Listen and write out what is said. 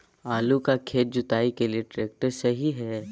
आलू का खेत जुताई के लिए ट्रैक्टर सही है?